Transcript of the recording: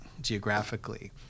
geographically